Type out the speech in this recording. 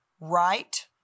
right